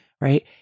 right